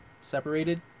separated